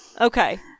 Okay